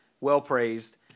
well-praised